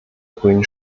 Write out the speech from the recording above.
grünen